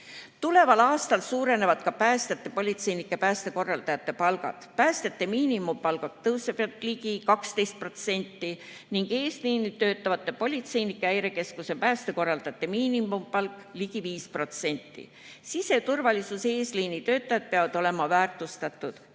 Tuleval aastal suurenevad päästjate, politseinike ja päästekorraldajate palgad. Päästjate miinimumpalk tõuseb ligi 12% ning eesliinil töötavate politseinike, häirekeskuse päästekorraldajate miinimumpalk 5%. Siseturvalisuse eesliini töötajad peavad olema väärtustatud.